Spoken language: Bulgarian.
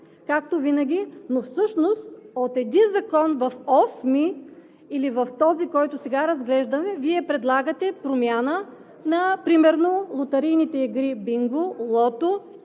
както винаги. Всъщност от един закон в осми или в този, който сега разглеждаме, Вие предлагате промяна на примерно на лотарийните игри бинго, лото и